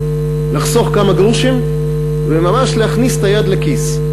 לחסוך כמה גרושים וממש להכניס את היד לכיס.